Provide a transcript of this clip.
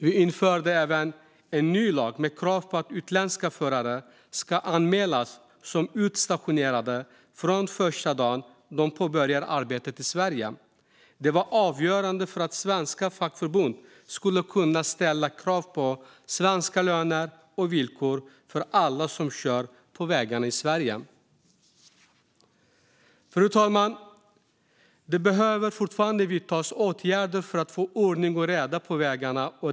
Vi införde även en ny lag med krav på att utländska förare ska anmälas som utstationerade från första dagen de påbörjar arbetet i Sverige. Det var avgörande för att svenska fackförbund skulle kunna ställa krav på svenska löner och villkor för alla som kör på vägarna i Sverige. Fru talman! Det behöver fortfarande vidtas åtgärder för att få ordning och reda på vägarna.